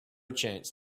chance